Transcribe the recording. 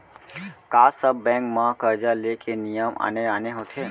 का सब बैंक म करजा ले के नियम आने आने होथे?